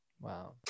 Wow